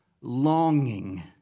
longing